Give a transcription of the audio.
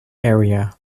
area